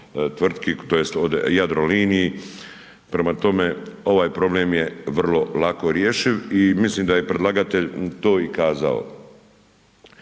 tj. o Jadroliniji, prema tome ovaj problem je vrlo lako rješiv i mislim da je predlagatelj to i kazao.